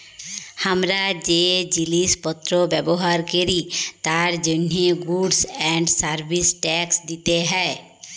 হামরা যে জিলিস পত্র ব্যবহার ক্যরি তার জন্হে গুডস এন্ড সার্ভিস ট্যাক্স দিতে হ্যয়